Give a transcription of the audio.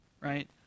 Right